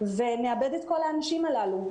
ונאבד את כל האנשים הללו.